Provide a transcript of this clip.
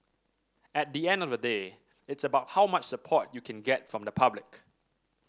at the end of the day it's about how much support you can get from the public